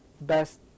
best